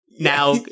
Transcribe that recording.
Now